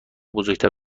بزرگتر